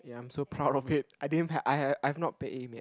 ya I'm so proud of it I didn't I have I have not paid him yet